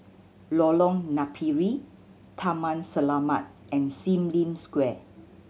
Lorong Napiri Taman Selamat and Sim Lim Square